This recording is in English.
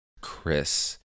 Chris